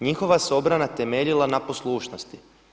Njihova se obrana temeljila na poslušnosti.